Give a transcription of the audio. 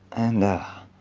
and